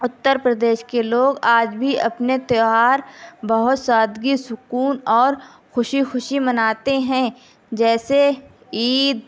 اتر پردیش کے لوگ آج بھی اپنے تہوار بہت سادگی سکون اور خوشی خوشی مناتے ہیں جیسے عید